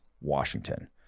Washington